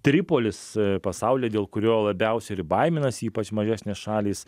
tripolis pasaulyje dėl kurio labiausiai ir baiminasi ypač mažesnės šalys